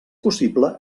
possible